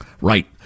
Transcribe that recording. Right